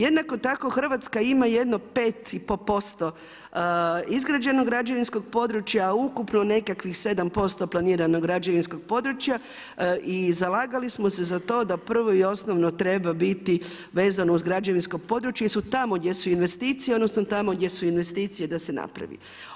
Jednako tako Hrvatska ima jedno 5,5% izgrađenog građevinskog područja, ukupno nekakvih 7% planiranog građevinskog područja i zalagali smo se za to da prvo i osnovno treba biti vezano uz građevinsko područje jer su tamo gdje su investicije, odnosno tamo gdje su investicije da se napravi.